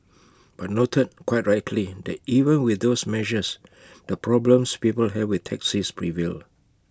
but noted quite that even with those measures the problems people have with taxis prevailed